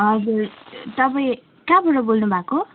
हजुर तपाईँ कहाँबाट बोल्नुभएको